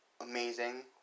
amazing